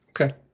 Okay